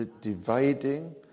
dividing